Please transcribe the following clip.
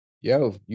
Yo